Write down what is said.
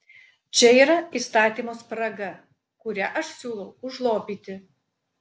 čia yra įstatymo spraga kurią aš siūlau užlopyti